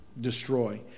destroy